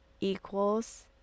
equals